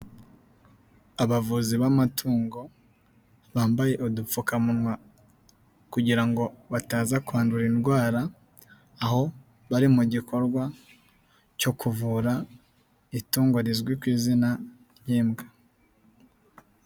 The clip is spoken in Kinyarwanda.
Abavuzi b'amatungo bambaye udupfukamunwa kugira ngo bataza kwandura indwara, aho bari mu gikorwa cyo kuvura itungo rizwi ku izina ry'imbwa.